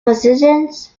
positions